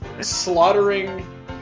slaughtering